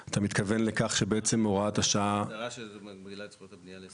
אתה מתכוון לכך שהוראת השעה בעצם פקעה?